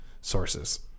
sources